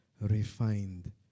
refined